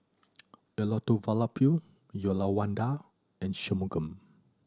Elattuvalapil Uyyalawada and Shunmugam